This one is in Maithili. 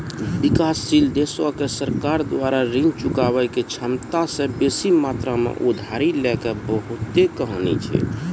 विकासशील देशो के सरकार द्वारा ऋण चुकाबै के क्षमता से बेसी मात्रा मे उधारी लै के बहुते कहानी छै